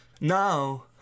Now